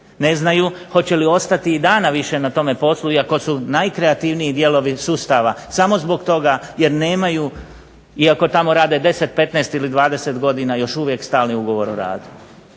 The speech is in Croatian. Ne znaju hoće li ostati i dana više na tome poslu, iako su najkreativniji dijelovi sustava samo zbog toga jer nemaju iako tamo rade 10, 15 ili 20 godina još uvijek stalni ugovor o radu.